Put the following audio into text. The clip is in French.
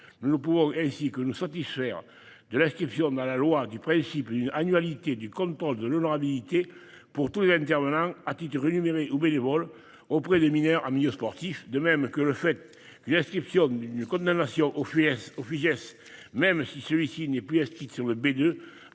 Nous pouvons ainsi que nous satisfaire de l'inscription dans la loi du principe annualité du contrôle de l'honorabilité pour tous les intervenants à titre rémunéré ou bénévole auprès des mineurs en milieu sportif, de même que le fait qu'une inscription une condamnation of US Fidesz même si celui-ci n'est plus à ceux qui sont